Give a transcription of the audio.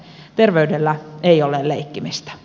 terveydellä ei ole leikkimistä